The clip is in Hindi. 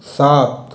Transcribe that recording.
सात